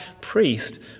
priest